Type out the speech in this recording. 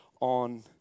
on